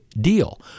deal